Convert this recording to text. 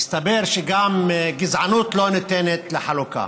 מסתבר שגם גזענות לא ניתנת לחלוקה.